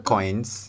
Coins